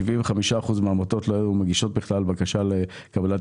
75 אחוזים מהעמותות לא היו מגישות בכלל בקשה לקבלת